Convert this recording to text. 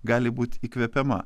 gali būt įkvepiama